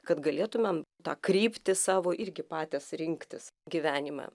kad galėtumėm tą kryptį savo irgi pates rinktis gyvenimą